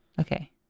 Okay